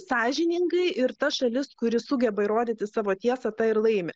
sąžiningai ir ta šalis kuri sugeba įrodyti savo tiesą ta ir laimi